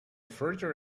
further